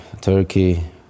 Turkey